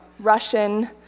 Russian